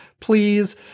Please